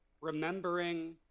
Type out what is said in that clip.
remembering